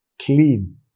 clean